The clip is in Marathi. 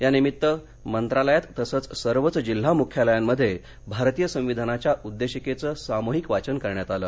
या निमित्त मंत्रालयात तसच सर्वच जिल्हा मुख्यालयांमध्ये भारतीय संविधानाच्या उद्देशिकेचं सामूहिक वाचन करण्यात आलं